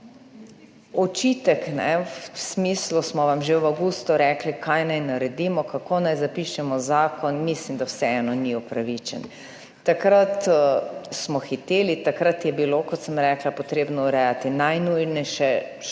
Očitek v smislu smo vam že v avgustu rekli, kaj naj naredimo, kako naj zapišemo v zakon mislim, da vseeno ni upravičen. Takrat smo hiteli, takrat je bilo, kot sem rekla, potrebno urejati najnujnejše,